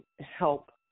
help